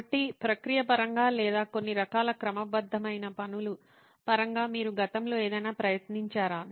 కాబట్టి ప్రక్రియ పరంగా లేదా కొన్ని రకాల క్రమబద్ధమైన పనుల పరంగా మీరు గతంలో ఏదైనా ప్రయత్నించారా